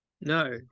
No